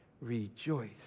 Rejoice